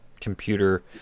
computer